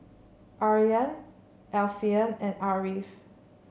Aryan Alfian and Ariff